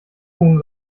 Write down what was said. tun